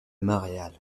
montréal